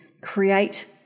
create